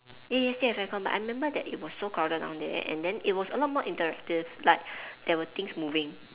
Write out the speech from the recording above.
ya ya still have aircon but I remember that it was so crowded down there and then it was a lot more interactive like there were things moving